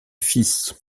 fils